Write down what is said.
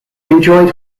enjoyed